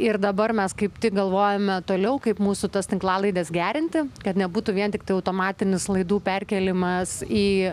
ir dabar mes kaip tik galvojame toliau kaip mūsų tas tinklalaides gerinti kad nebūtų vien tiktai automatinis laidų perkėlimas į